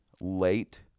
late